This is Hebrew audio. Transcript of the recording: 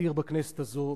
נדיר בכנסת הזאת,